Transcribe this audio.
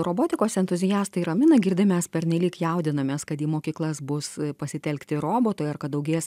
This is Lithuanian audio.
robotikos entuziastai ramina girdi mes pernelyg jaudinamės kad į mokyklas bus pasitelkti robotai ar kad daugės